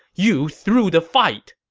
you threw the fight!